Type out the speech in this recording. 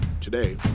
Today